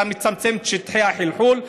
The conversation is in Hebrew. אתה מצמצם את שטחי החלחול,